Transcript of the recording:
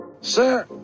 Sir